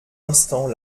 instant